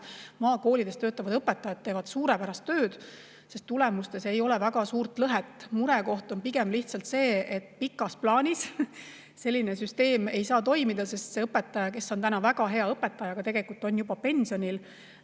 Maakoolides töötavad õpetajad teevad suurepärast tööd, sest tulemustes ei ole väga suurt lõhet. Murekoht on pigem lihtsalt see, et pikas plaanis selline süsteem ei saa toimida, sest see õpetaja, kes on küll väga hea õpetaja, aga tegelikult on juba pensionil,